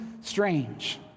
strange